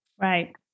Right